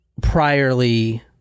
priorly